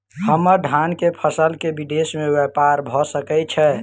हम्मर धान केँ फसल केँ विदेश मे ब्यपार भऽ सकै छै?